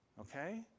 Okay